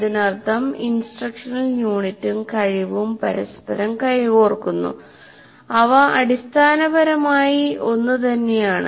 അതിനർത്ഥം ഇൻസ്ട്രക്ഷണൽ യൂണിറ്റും കഴിവും പരസ്പരം കൈകോർക്കുന്നു അവ അടിസ്ഥാനപരമായി ഒന്നുതന്നെയാണ്